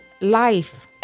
life